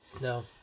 No